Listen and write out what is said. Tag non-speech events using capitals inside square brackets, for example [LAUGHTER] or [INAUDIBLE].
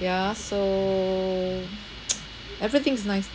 ya so [NOISE] everything is nice